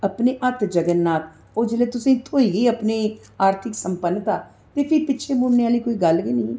अपने हत्थ जगननाथ ओह् जिसलै तुसें गी थ्होई अपनी आर्थिक सम्पनत्ता ते फ्ही पिच्छै मुड़ने आह्ली कोई गल्ल गै नेईं ही